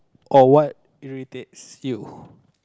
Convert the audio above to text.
or what irritates you